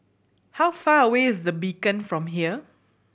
how far away is The Beacon from here